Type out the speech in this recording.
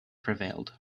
prevailed